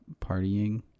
partying